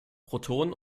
protonen